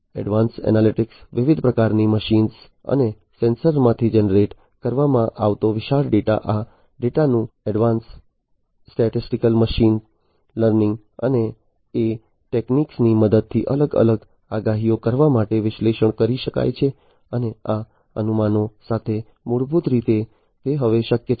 advanced analytics વિવિધ પ્રકારની મશીનો અને સેન્સરમાંથી જનરેટ કરવામાં આવતો વિશાળ ડેટા આ ડેટાનું એડવાન્સ સ્ટેટિસ્ટિકલ મશીન લર્નિંગ અને AI ટેકનિકની મદદથી અલગ અલગ આગાહીઓ કરવા માટે વિશ્લેષણ કરી શકાય છે અને આ અનુમાનો સાથે મૂળભૂત રીતે તે હવે શક્ય છે